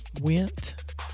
went